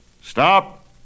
Stop